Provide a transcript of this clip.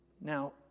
Now